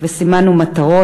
וסימנו מטרות,